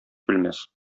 белмәс